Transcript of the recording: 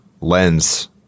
lens